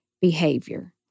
behavior